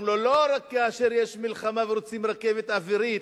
לא רק כאשר יש מלחמה, ורוצים רכבת אווירית,